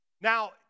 Now